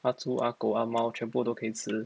阿猪阿狗阿猫全部都可以吃